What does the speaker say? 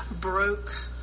broke